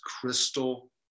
crystal